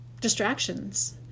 distractions